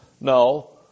No